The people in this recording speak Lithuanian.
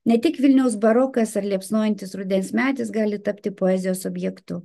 ne tik vilniaus barokas ar liepsnojantis rudens medis gali tapti poezijos objektu